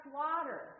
water